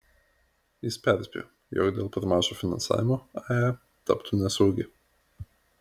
jis perspėjo jog dėl per mažo finansavimo ae taptų nesaugi